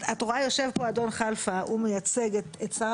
את רואה יושב פה אדון כלפה הוא מייצג את שר